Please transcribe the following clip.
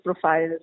profiles